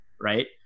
right